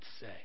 say